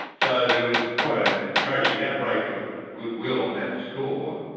so there was quite ah an encouraging outbreak of of goodwill on that score,